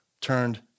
turned